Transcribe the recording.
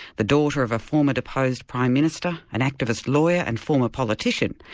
the daughter of a former deposed prime minister, an activist lawyer and former politician,